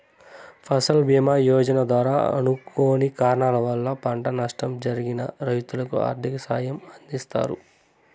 ఫసల్ భీమ యోజన ద్వారా అనుకోని కారణాల వల్ల పంట నష్టం జరిగిన రైతులకు ఆర్థిక సాయం అందిస్తారు